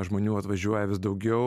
žmonių atvažiuoja vis daugiau